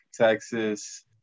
texas